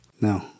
No